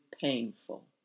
painful